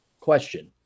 question